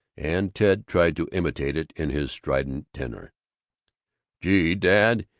and ted tried to imitate it in his strident tenor gee, dad,